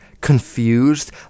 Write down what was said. confused